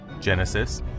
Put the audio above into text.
Genesis